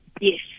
Yes